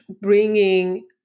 bringing